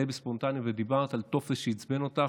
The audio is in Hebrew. די בספונטניות ודיברת על איזה טופס שעצבן אותך,